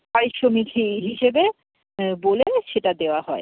পারিশ্রমিক হিসেবে বলে সেটা দেওয়া হয়